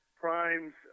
Primes